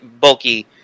bulky